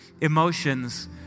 emotions